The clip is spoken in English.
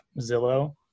Zillow